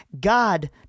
God